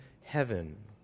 heaven